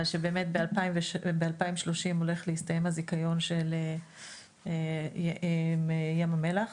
באמת ב-2030 הולך להסתיים הזיכיון של ים המלח,